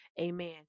Amen